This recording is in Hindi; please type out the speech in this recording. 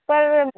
पर